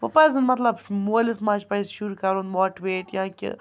وۄنۍ پَزَن مطلب مٲلِس ماجہِ پَزِ شُر کَرُن ماٹِویٹ یا کہِ